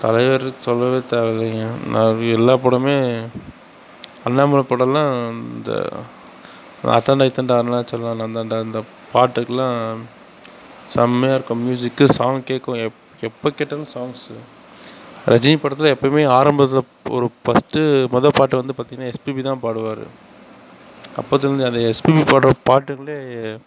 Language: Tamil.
தலைவர் சொல்லவே தேவையில்லை எல்லா படமே அண்ணாமலை படம்லாம் இந்த அதான்டா இதான்டா அருணாச்சலம் நாந்தான்டா அந்த பாட்டுக்குலாம் செம்மையா இருக்கும் மியூசிக்கு சாங் கேட்கும் எப்போ கேட்டாலும் சாங்க்ஸு ரஜினி படத்தில் எப்போயுமே ஆரம்ப இதில் ஒரு ஃபஸ்ட்டு மொதல் பாட்டு வந்து பார்த்திங்கனா எஸ்பிபி தான் பாடுவார் அப்போதுலேருந்து அதே தான் எஸ்பிபி பாடுகிற பாட்டுக்குள்ளயே